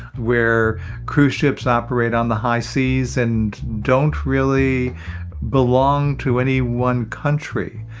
where cruise ships operate on the high seas and don't really belong to any one country.